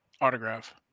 autograph